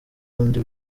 undi